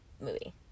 movie